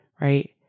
right